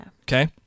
Okay